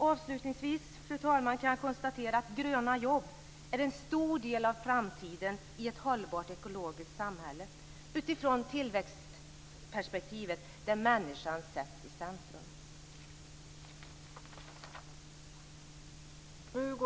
Avslutningsvis, fru talman, kan jag konstatera att gröna jobb är en stor del av framtiden i ett hållbart ekologiskt samhälle utifrån tillväxtperspektivet där människan sätts i centrum.